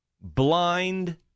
blind